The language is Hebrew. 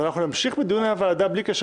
אנחנו נמשיך בדיוני הוועדה בלי קשר.